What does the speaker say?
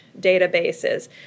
databases